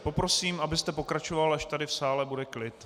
Poprosím, abyste pokračoval, až tady v sále bude klid.